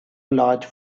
large